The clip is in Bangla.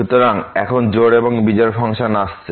সুতরাং এখন জোড় এবং বিজোড় ফাংশন আসছে